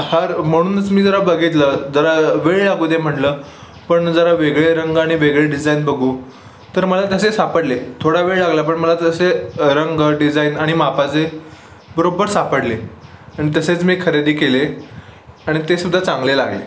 हर म्हणूनच मी जरा बघितलं जरा वेळ लागूदे म्हटलं पण जरा वेगळे रंग आणि वेगळे डिझाईन बघू तर मला तसे सापडले थोडा वेळ लागला पण मला तसे रंग डिझाईन आणि मापाचे बरोबर सापडले आणि तसेच मी खरेदी केले आणि ते सुद्धा चांगले लागले